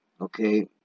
Okay